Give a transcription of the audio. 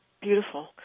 Beautiful